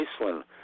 Iceland